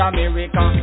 America